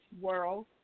world